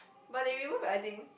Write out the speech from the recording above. but they remove I think